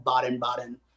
Baden-Baden